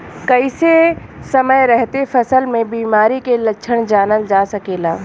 कइसे समय रहते फसल में बिमारी के लक्षण जानल जा सकेला?